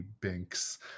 binks